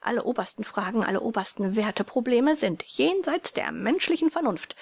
alle obersten fragen alle obersten werthprobleme sind jenseits der menschlichen vernunft